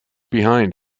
behind